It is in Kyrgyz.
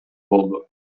болду